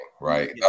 right